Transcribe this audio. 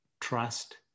trust